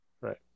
Right